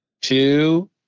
two